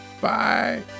Bye